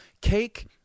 Cake